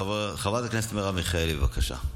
חברת הכנסת מרב מיכאלי, בבקשה.